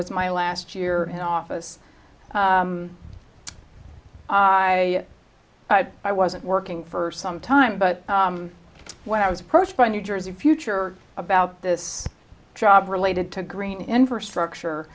was my last year in office i had i wasn't working for some time but when i was approached by new jersey future about this job related to green infrastructure